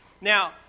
Now